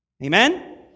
Amen